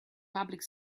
public